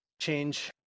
change